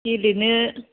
गेलेनो